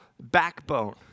backbone